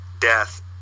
death